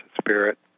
spirit